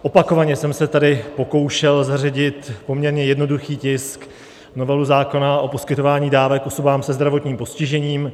Opakovaně jsem se tady pokoušel zařadit poměrně jednoduchý tisk, novelu zákona o poskytování dávek osobám se zdravotním postižením.